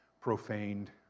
profaned